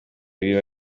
biba